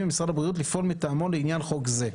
ממשרד הבריאות לפעול מטעמו לעניין חוק זה".